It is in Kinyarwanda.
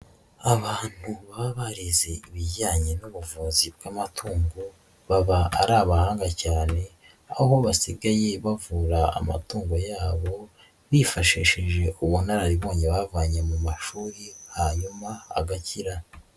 Abantu baba barize ibijyanye n'ubuvuzi bw'amatungo, baba ari abahanga cyane aho bo basigaye bavura amatungo yabo bifashishije ubunararibonye bavanye mu mashuri hanyuma agakira.